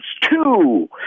two